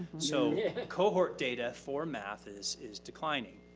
so cohort data for math is is declining.